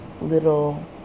little